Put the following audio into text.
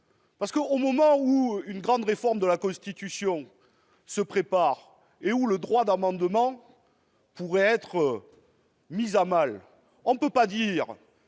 ! Au moment où une grande réforme de la Constitution se prépare et où le droit d'amendement pourrait être mis à mal, on ne peut pas à